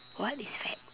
what is fad